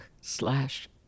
slash